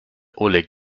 oleg